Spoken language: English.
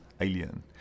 alien